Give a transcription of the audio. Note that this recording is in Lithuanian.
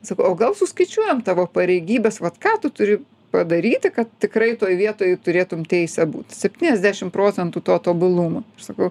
sakau o gal suskaičiuojam tavo pareigybes vat ką tu turi padaryti kad tikrai toj vietoj turėtum teisę būt septyniasdešim procentų to tobulumo sakau